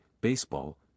baseball